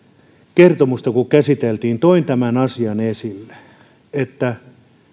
kertomusta käsiteltiin toin tämän asian esille että